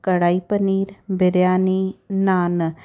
कढ़ाई पनीर बिरयानी नान